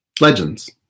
legends